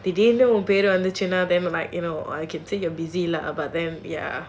they didn't திடீர்ன்னு உன் பேர் வந்துச்சுனா:thideernu un per vandhuchunaa then like you know I can say you're busy lah